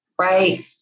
Right